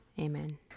Amen